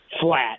flat